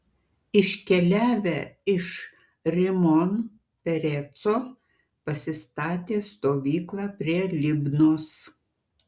iškeliavę iš rimon pereco pasistatė stovyklą prie libnos